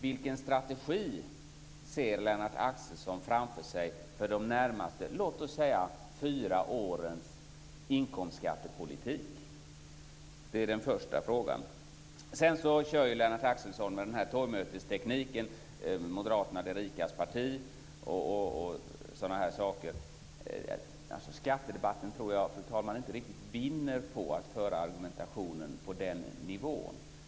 Vilken strategi ser Lennart Axelsson framför sig för de närmaste, låt oss säga, fyra årens inkomstskattepolitik? Lennart Axelsson kör med torgmötestekniken, dvs. Moderaterna är de rikas parti osv. Skattedebatten, fru talman, vinner inte på att föra argumentationen på den nivån.